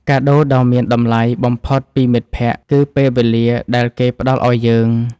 កាដូដ៏មានតម្លៃបំផុតពីមិត្តភក្តិ គឺពេលវេលាដែលគេផ្ដល់ឱ្យយើង។